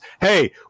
hey